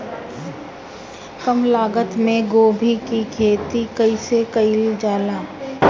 कम लागत मे गोभी की खेती कइसे कइल जाला?